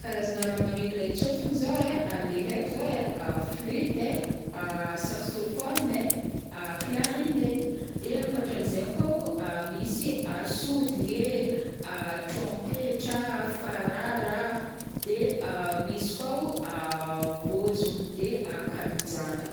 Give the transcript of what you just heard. Karazagna raha magneno leha tsôfigny zao ai, leha haiko zao ai: fluite ai, saxophone ai, clarinet, de ankoatran'izaigny koa o, misy sodigny ee, trompetra, farara a, de misy koa o vôzôgno, de kalinjanaka.